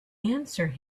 answer